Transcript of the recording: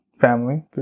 family